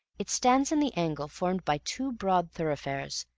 it stands in the angle formed by two broad thoroughfares,